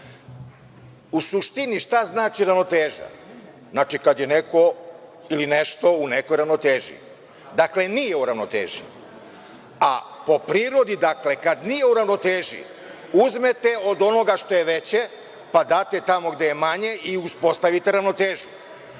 suštini, šta znači ravnoteža? Znači, kada je neko ili nešto u nekoj ravnoteži. Dakle, nije u ravnoteži. A po prirodi, kada nije u ravnoteži, uzmete od onoga što je veće, pa date tamo gde je manje i uspostavite ravnotežu.